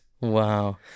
Wow